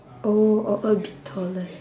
oh or a bit taller